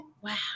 Wow